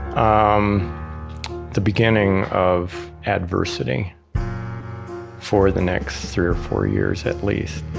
um the beginning of adversity for the next three or four years at least